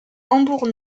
hambourg